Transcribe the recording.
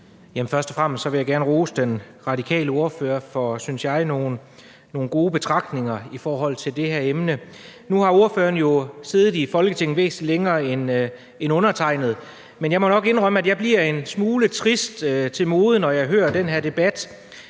Først og fremmest vil jeg gerne rose den radikale ordfører for nogle, synes jeg, gode betragtninger i forhold til det her emne. Nu har ordføreren jo siddet i Folketinget væsentlig længere end undertegnede, men jeg må nok indrømme, at jeg bliver en smule trist til mode, når jeg hører den her debat.